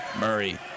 Murray